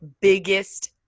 biggest